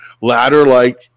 ladder-like